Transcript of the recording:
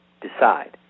decide